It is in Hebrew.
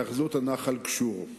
היאחזות הנח"ל גשור,